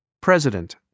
President